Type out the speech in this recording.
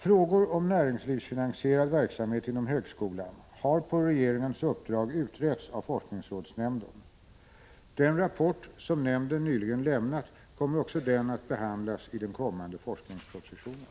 Frågor om näringslivsfinansierad verksamhet inom högskolan har på regeringens uppdrag utretts av forskningsrådsnämnden. Den rapport som nämnden nyligen lämnat kommer också den att behandlas i den kommande forskningspropositionen.